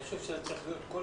אני חושב שזה צריך להיות בכל